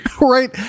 Right